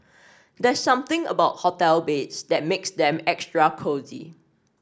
there's something about hotel beds that makes them extra cosy